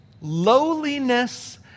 lowliness